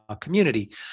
community